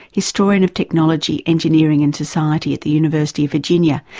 historian of technology, engineering and society at the university of virginia,